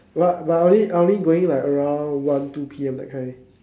but but I only I only going like around one two P_M that kind